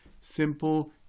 simple